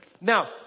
Now